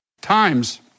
times